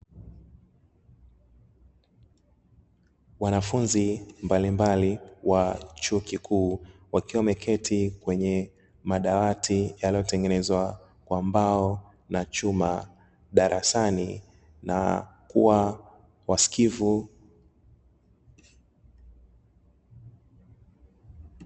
Wanafunzi mbalimbali wa chuo kikuu, wakiwa wameketi kwenye madawati yaliyo tengenezwa kwa mbao na chuma darasani na kuwa wasikivu.